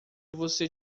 você